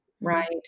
right